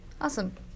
Awesome